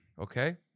Okay